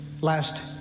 last